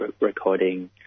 recording